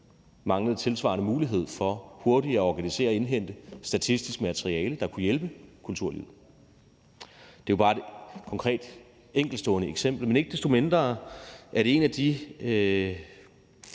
manglet tilsvarende mulighed for hurtigt at organisere og indhente statistisk materiale, der kunne hjælpe kulturlivet. Det er jo bare et konkret, enkeltstående eksempel. Men ikke desto mindre er det et af de